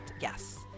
Yes